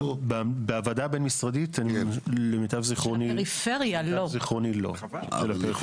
בוועדה הבין-משרדית למיטב זכרוני לא.